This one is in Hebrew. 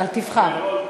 תבחר.